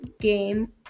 game